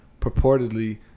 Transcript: purportedly